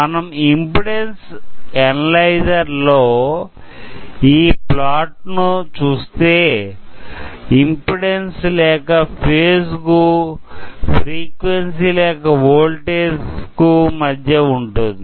మనం impedance analyzer లో ఈ ప్లాట్ ను చూస్తే ఇంపిడెన్సు లేక ఫేజ్ కు ఫ్రీక్వెన్సీ లేక వోల్టేజ్ కు మధ్య ఉంటుంది